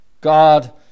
God